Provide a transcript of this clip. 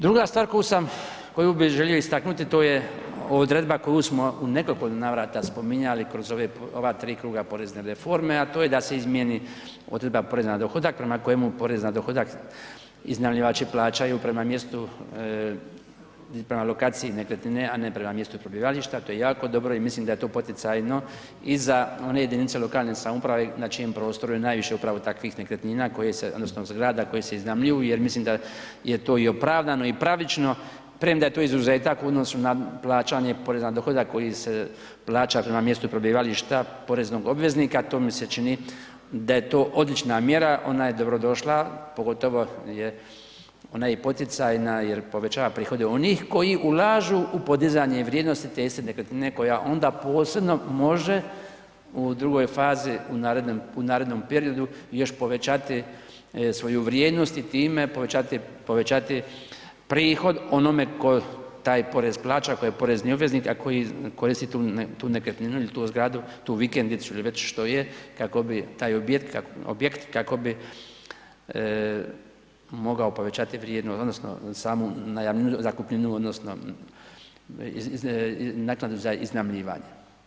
Druga stvar koju sam, koji bih želio istaknuti, to je odredba koju smo u nekoliko navrata spominjali kroz ova tri kruga porezne reforme, a to je da se izmijeni odredba poreza na dohodak, prema kojemu porez na dohodak iznajmljivači plaćaju prema mjestu i prema lokaciji nekretnine, a ne prema mjestu prebivališta, to je jako dobro i mislim da je to poticajno i za one jedinice lokalne samouprave na čijem prostoru je najviše upravo takvih nekretnina, odnosno zgrada koje se iznajmljuju jer mislim da je to i opravdano i pravično, premda je to izuzetak u odnosu na plaćanje poreza na dohodak koji se plaća prema mjestu prebivališta poreznog obveznika, to mi se čini da je to odlična mjera, ona je dobrodošla, pogotovo je ona i poticajna jer povećava prihode onih koji ulažu u podizanje vrijednosti te iste nekretnine koja onda posebno može u drugoj fazi u narednom periodu još povećati svoju vrijednosti i time povećati prihod onome tko taj porez plaća, a koji je porezni obveznik, a koji koristi tu nekretninu, tu zgradu, tu vikendicu ili već što je, kako bi taj objekt kako bi mogao povećati vrijednost odnosno samu ... odnosno naknadu za iznajmljivanje.